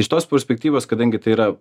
iš tos perspektyvos kadangi tai yra